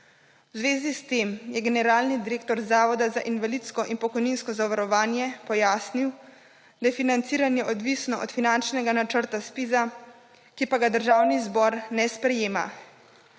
V zvezi s tem je generalni direktor Zavoda za invalidsko in pokojninsko zavarovanje pojasnil, da je financiranje odvisno od finančnega načrta ZPIZ-a, ki pa ga / znak za konec